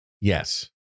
Yes